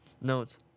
notes